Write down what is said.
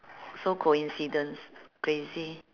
so coincidence crazy